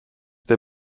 der